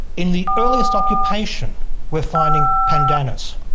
in the earliest occupation we're finding pandanus,